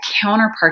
counterpart